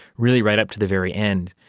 really right up to the very end.